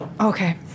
Okay